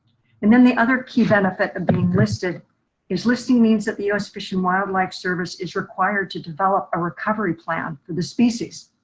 and then the other key benefit of being listed is listing means that the us fish and wildlife service is required to develop a recovery plan for the species.